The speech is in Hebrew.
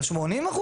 ב-80%,